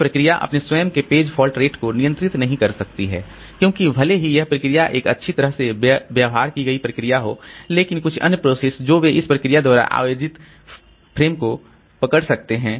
एक प्रोसेस अपने स्वयं के पेज फॉल्ट रेट को नियंत्रित नहीं कर सकती है क्योंकि भले ही यह प्रोसेस एक अच्छी तरह से व्यवहार की गई प्रोसेस हो लेकिन कुछ अन्य प्रोसेस जो वे इस प्रोसेस द्वारा आयोजित फ्रेम को पकड़ सकते हैं